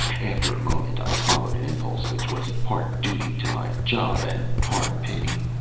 after a moment, i followed an impulse which was part duty to my job and part pity.